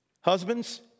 Husbands